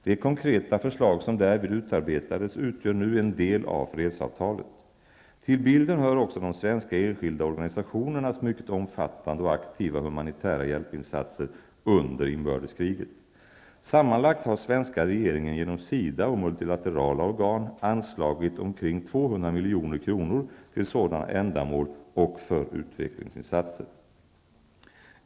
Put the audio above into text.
De konkreta förslag som därvid utarbetades utgör nu en del av fredsavtalet. Till bilden hör också de svenska enskilda organisationernas mycket omfattande och aktiva humanitära hjälpinsatser under inbördeskriget. Sammanlagt har svenska regeringen genom SIDA och multilaterala organ anslagit omkring 200 milj.kr. till sådana ändamål och för utvecklingsinsatser.